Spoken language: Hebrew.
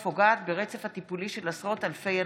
ופוגעת ברצף הטיפולי של עשרות אלפי אנשים.